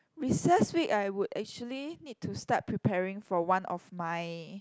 recess week I would actually need to start preparing for one of my